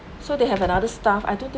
so they have another staff I don't think